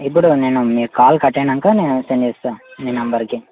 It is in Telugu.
ఇప్పుడు నేను మీ కాల్ కట్ అయినాక నేను తర్వాత సెండ్ చేస్తాను మీ నంబర్కి